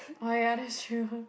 oh ya that's true